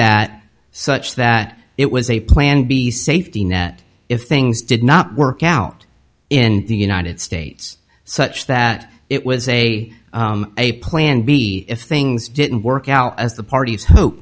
that such that it was a plan b safety net if things did not work out in the united states such that it was a a plan b if things didn't work out as the parties hope